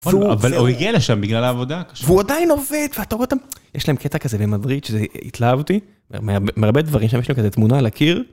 אבל הוא הגיע לשם בגלל העבודה, והוא עדיין עובד, ואתה רואה את ה... יש להם קטע כזה במדריד שזה התלהבתי, מהרבה דברים שם, יש להם כזה תמונה על הקיר.